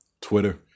Twitter